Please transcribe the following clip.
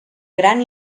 gran